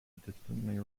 distantly